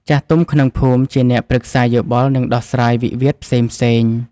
ចាស់ទុំក្នុងភូមិជាអ្នកប្រឹក្សាយោបល់ និងដោះស្រាយវិវាទផ្សេងៗ។